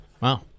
Wow